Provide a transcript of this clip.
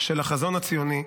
של החזון הציוני.